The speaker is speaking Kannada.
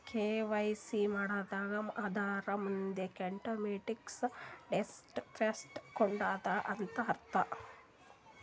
ಕೆ.ವೈ.ಸಿ ಮಾಡದ್ ಅಂದುರ್ ನಮ್ದು ಡಾಕ್ಯುಮೆಂಟ್ಸ್ ಅಡ್ರೆಸ್ಸ್ ಪ್ರೂಫ್ ಕೊಡದು ಅಂತ್ ಅರ್ಥ